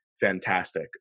fantastic